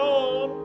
on